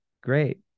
great